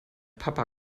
papa